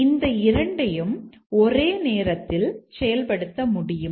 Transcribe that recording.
இந்த இரண்டையும் ஒரே நேரத்தில் செயல்படுத்த முடியுமா